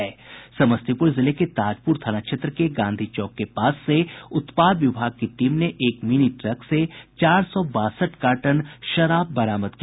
समस्तीपुर जिले के ताजपुर थाना क्षेत्र के गांधी चौक के पास से उत्पाद विभाग की टीम ने एक मिनी ट्रक से चार सौ बासठ कार्टन विदेशी शराब बरामद की